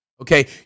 okay